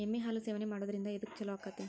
ಎಮ್ಮಿ ಹಾಲು ಸೇವನೆ ಮಾಡೋದ್ರಿಂದ ಎದ್ಕ ಛಲೋ ಆಕ್ಕೆತಿ?